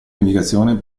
navigazione